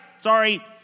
sorry